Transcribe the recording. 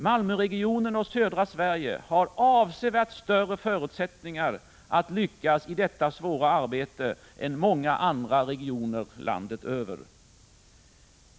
Malmöregionen och södra Sverige har avsevärt större förutsättningar att lyckas i detta svåra arbete än många andra regioner i landet.